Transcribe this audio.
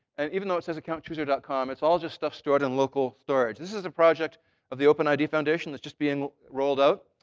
and even though it says accountchooser com, it's all just stuff stored in local storage. this is a project of the openid foundation that's just being rolled out.